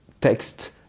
text